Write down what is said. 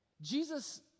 Jesus